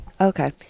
Okay